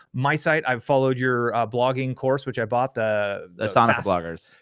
my site, i've followed your blogging course which i bought. the asana for bloggers.